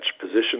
position